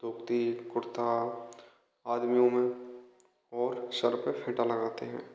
धोती कुर्ता आदमियों में और सर पर फेंटा लगाते हैं